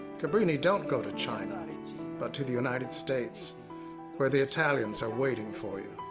cabrini don't go to china but to the united states where the italians are waiting for you.